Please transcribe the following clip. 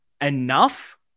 enough